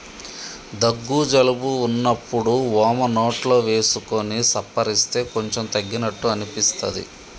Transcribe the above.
దగ్గు జలుబు వున్నప్పుడు వోమ నోట్లో వేసుకొని సప్పరిస్తే కొంచెం తగ్గినట్టు అనిపిస్తది